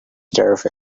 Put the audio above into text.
terrific